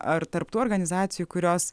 ar tarp tų organizacijų kurios